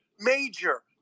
major